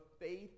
faith